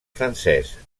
francès